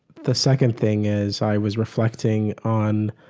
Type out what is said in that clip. the second thing is i was reflecting on